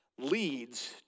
leads